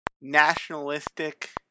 nationalistic